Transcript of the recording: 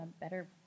better